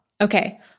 Okay